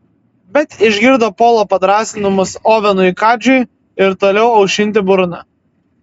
bet išgirdo polo padrąsinimus ovenui kadžiui ir toliau aušinti burną